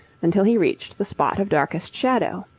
until he reached the spot of darkest shadow.